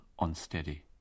unsteady